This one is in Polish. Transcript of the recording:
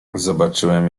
zobaczyłem